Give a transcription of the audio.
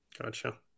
Gotcha